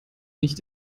nicht